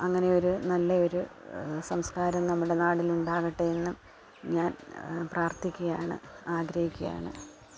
അങ്ങനെയൊരു നല്ല ഒരു സംസ്കാരം നമ്മുടെ നാടിന് ഉണ്ടാകട്ടെയെന്നും ഞാന് പ്രാര്ത്ഥിക്കുകയാണ് ആഗ്രഹിക്കുകയാണ്